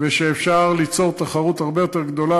ושאפשר ליצור בו תחרות הרבה יותר גדולה.